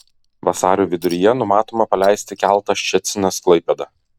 vasario viduryje numatoma paleisti keltą ščecinas klaipėda